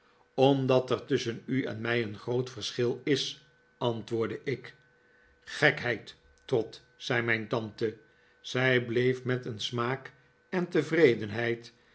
omdat er tusschen u en mij een groot verschil is antwoordde ik gekheid trot zei mijn tante zij bleef met een smaak en tevredenheid